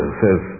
says